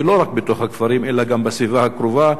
ולא רק בתוך הכפרים אלא גם בסביבה הקרובה,